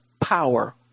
power